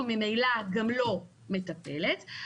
וממילא גם לא מטפלת,